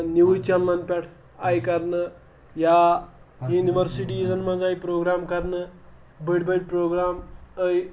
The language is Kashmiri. نِوٕز چَنلَن پٮ۪ٹھ آیہِ کَرنہٕ یا یوٗنِوَرسِٹیٖزَن منٛز آیہِ پروگرام کَرنہٕ بٔڑۍ بٔڑۍ پروگرام آے